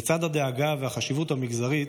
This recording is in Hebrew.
לצד הדאגה והחשיבות המגזרית,